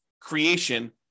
creation